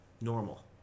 normal